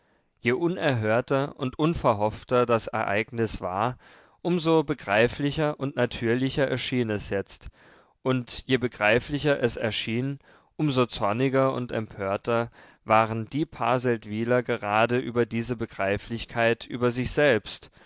je unerhörter und unverhoffter das ereignis war um so begreiflicher und natürlicher erschien es jetzt und je begreiflicher es erschien um so zorniger und empörter waren die paar seldwyler gerade über diese begreiflichkeit über sich selbst